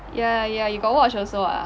ya ya you got watch also ah